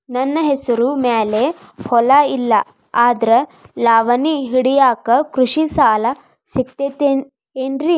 ನನ್ನ ಹೆಸರು ಮ್ಯಾಲೆ ಹೊಲಾ ಇಲ್ಲ ಆದ್ರ ಲಾವಣಿ ಹಿಡಿಯಾಕ್ ಕೃಷಿ ಸಾಲಾ ಸಿಗತೈತಿ ಏನ್ರಿ?